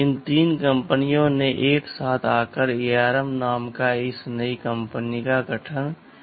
इन तीन कंपनियों ने एक साथ आकर ARM नाम की इस नई कंपनी का गठन किया